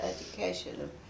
education